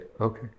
okay